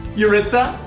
yaritza.